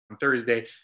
Thursday